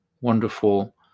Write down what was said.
wonderful